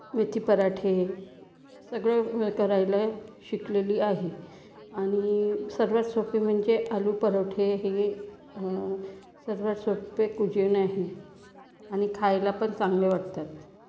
मेथी पराठे सगळं करायला शिकलेली आहे आणि सर्वात सोपे म्हणजे आलू परोठे हे सर्वात सोपे कुझिन आहे आणि खायला पण चांगले वाटतातं